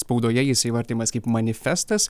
spaudoje jis įvardijamas kaip manifestas